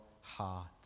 heart